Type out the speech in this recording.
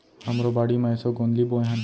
हमरो बाड़ी म एसो गोंदली बोए हन